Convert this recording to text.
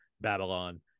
Babylon